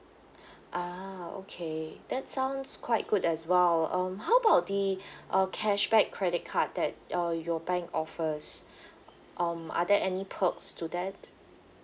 ah okay that sounds quite good as well um how about the uh cashback credit card that uh your bank offers um are there any perks to that